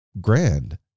grand